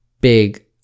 big